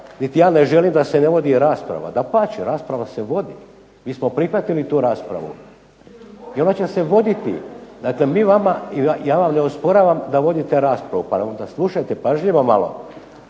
ja ne želim da se ne vodi rasprava, dapače rasprava se vodi. Mi smo prihvatili tu raspravu i ona će se voditi. Dakle, mi vama, ja vam ne osporavam da vodite raspravu pa onda slušajte pažljivo malo.